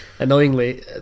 Annoyingly